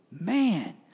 man